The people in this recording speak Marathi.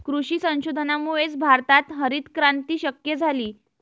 कृषी संशोधनामुळेच भारतात हरितक्रांती शक्य झाली